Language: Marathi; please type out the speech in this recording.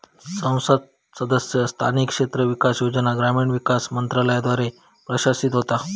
संसद सदस्य स्थानिक क्षेत्र विकास योजना ग्रामीण विकास मंत्रालयाद्वारा प्रशासित होता